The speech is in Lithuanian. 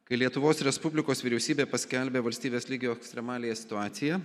kai lietuvos respublikos vyriausybė paskelbia valstybės lygio ekstremaliąją situaciją